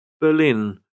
Berlin